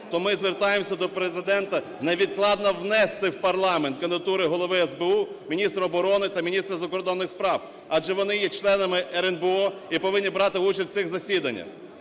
то ми звертаємося до Президента невідкладно внести в парламент кандидатури Голови СБУ, міністра оборони та міністра закордонних справ, адже вони є членами РНБО і повинні брати участь у цих засіданнях.